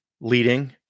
leading